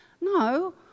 No